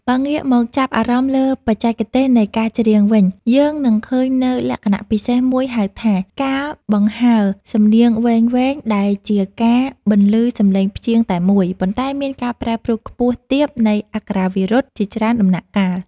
បើងាកមកចាប់អារម្មណ៍លើបច្ចេកទេសនៃការច្រៀងវិញ យើងនឹងឃើញនូវលក្ខណៈពិសេសមួយហៅថា ការបង្ហើរសំនៀងវែងៗ ដែលជាការបន្លឺសម្លេងព្យាង្គតែមួយ ប៉ុន្តែមានការប្រែប្រួលខ្ពស់ទាបនៃអក្ខរាវិរុទ្ធជាច្រើនដំណាក់កាល។